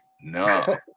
no